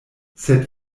sed